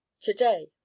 today